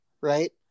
right